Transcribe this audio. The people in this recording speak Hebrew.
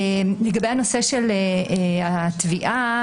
לגבי הנושא של התביעה,